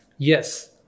Yes